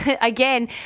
again